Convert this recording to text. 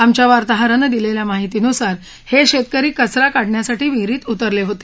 आमच्या वार्ताहरानं दिलेल्या माहितीनुसार हे शेतकरी कचरा काढण्यासाठी विहिरीत उतरले होते